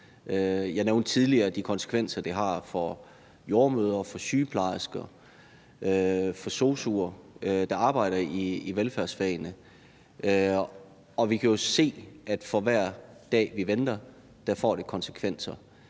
Jeg nævnte tidligere de konsekvenser, det har for jordemødre, for sygeplejersker, for sosu'er, der arbejder i velfærdsfagene. Og vi kan jo se, at for hver dag vi venter, får det konsekvenser.